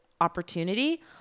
opportunity